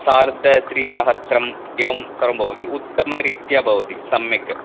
सार्धत्रिसहस्रम् एवं सर्वं भवति उत्तमरीत्या भवति सम्यक्